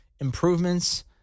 improvements